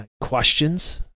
questions